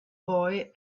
boy